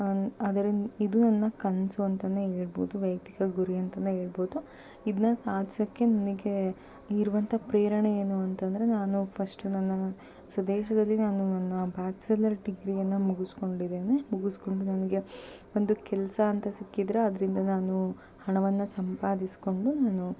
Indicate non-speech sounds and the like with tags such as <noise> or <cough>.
<unintelligible> ಇದು ನನ್ನ ಕನಸು ಅಂತ ಹೇಳ್ಬೋದು ವೈಯಕ್ತಿಕ ಗುರಿ ಅಂತ ಹೇಳ್ಬೋದು ಇದನ್ನ ಸಾಧಿಸೋಕೆ ನನಗೆ ಇರುವಂತ ಪ್ರೇರಣೆ ಏನು ಅಂತಂದರೆ ನಾನು ಫಸ್ಟು ನನ್ನ ಸ್ವದೇಶದಲ್ಲಿ ನಾನು ನನ್ನ ಬ್ಯಾಚುಲರ್ ಡಿಗ್ರಿಯನ್ನು ಮುಗಿಸ್ಕೊಂಡಿದ್ದೀನಿ ಮುಗಿಸಿಕೊಂಡು ನನಗೆ ಒಂದು ಕೆಲಸ ಅಂತ ಸಿಕ್ಕಿದರೆ ಅದರಿಂದ ನಾನು ಹಣವನ್ನು ಸಂಪಾದಿಸಿಕೊಂಡು ನಾನು